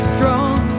Strong